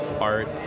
art